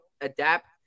adapt